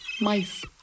mice